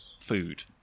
food